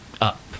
up